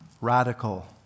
radical